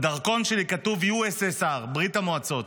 בדרכון שלי כתוב USSR, ברית המועצות.